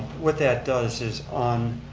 what that does is on